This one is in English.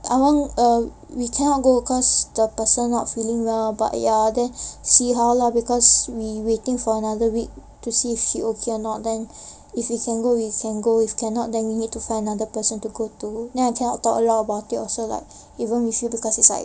I want uh we cannot go cause the person not feeling well but ya then see how lah because we waiting for another week to see if she okay or not then if we can go we can go if cannot then we need to find another person to go to then I cannot talk a lot about it also like even with you because it's like